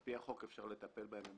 על פי החוק אפשר לטפל בהן,